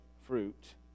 fruit